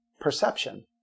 perception